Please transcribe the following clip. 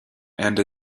and